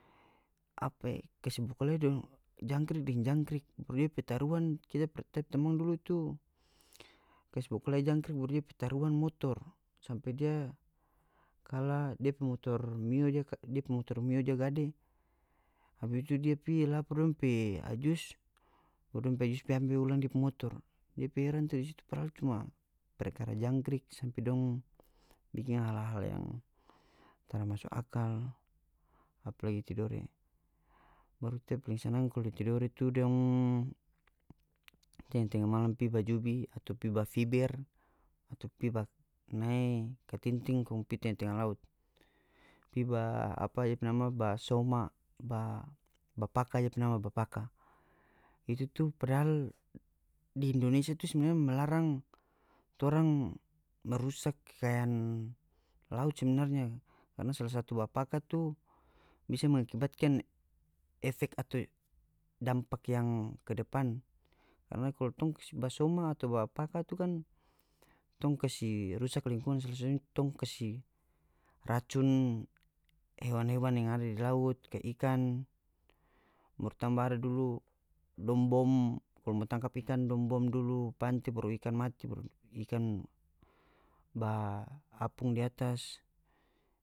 Apa e kasi bakulae dong jangkrik deng jangkrik baru dia pe taruhan kita ta pe tamang dulu tu kas bakuale jangkrik baru dia pi taruhan motor sampe dia kalah dia pe motor mio dia dia pe motor mio dia gade abis itu dia pi lapor dong pe ajus baru dong pe ajus pi ambe ulang depe motor depe heran tu di situ padahal cuma perkara jangkrik sampe dong bikin hal-hal yang tara maso akal apalagi tidore baru ta paling sanang kalu di tidore tu dong tenga-tenga malam pi bajubi atau pi ba fiber atau pi ba fonae katinting kong pigi tenga-tenga laut pi ba apa dep nama ba soma ba paka dep nama ba paka itu tu padahal di indonesia tu sebenarnya melarang torang merusak kekayaan laut sebenarnya karna sala satu ba paka tu bisa mengakibatkan efek atau dampak yang ke depan karna kalu tong kas ba soma atau ba paka tu kan tong kasi rusak lingkungan tong kasi racun hewan-hewan yang ada di laut kaya ikan baru tamba ada dulu dong bom kalu mo tangkap ikan dong bom dulu pante baru ikan mati baru ikan ba apung di atas.